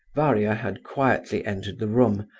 varia had quietly entered the room,